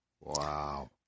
Wow